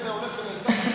זה הולך ונעשה,